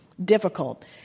difficult